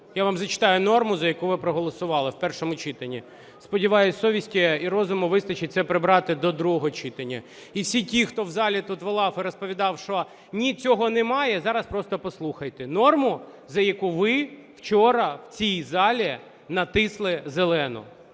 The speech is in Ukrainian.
Я вам зачитаю норму, за яку ви проголосували в першому читанні. Сподіваюсь, совісті і розуму вистачить це прибрати до другого читання. І всі ті, хто в залі тут волав і розповідав, що ні, цього немає, зараз просто послухайте норму, за яку ви вчора в цій залі натисли зелену.